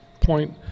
point